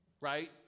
right